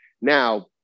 Now